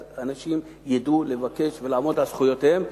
אנשים ידעו לבקש ולעמוד על זכויותיהם.